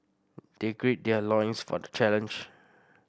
they gird their loins for the challenge